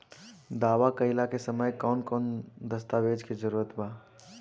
दावा कईला के समय कौन कौन दस्तावेज़ के जरूरत बा?